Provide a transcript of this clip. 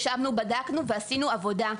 ישבנו, בדקנו ועשינו עבודה.